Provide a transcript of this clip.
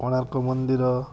କୋଣାର୍କ ମନ୍ଦିର